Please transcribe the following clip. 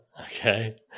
Okay